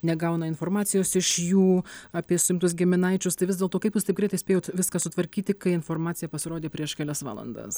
negauna informacijos iš jų apie suimtus giminaičius tai vis dėlto kaip jūs taip greitai spėjot viską sutvarkyti kai informacija pasirodė prieš kelias valandas